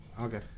Okay